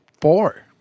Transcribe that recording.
four